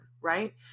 right